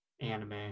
Anime